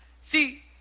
see